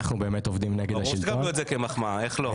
אנחנו באמת עובדים נגד השלטון ברור שתקבלו את זה כמחאה איך לא.